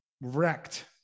wrecked